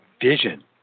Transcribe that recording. vision